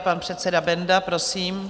Pan předseda Benda, prosím.